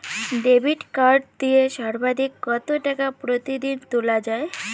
Debit card দিয়ে সর্বাধিক কত টাকা প্রতিদিন তোলা য়ায়?